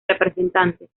representantes